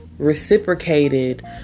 reciprocated